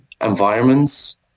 environments